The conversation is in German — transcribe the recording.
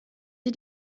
sie